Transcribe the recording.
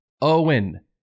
Owen